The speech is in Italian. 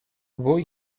voi